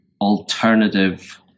alternative